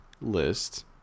list